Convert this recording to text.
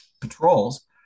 patrols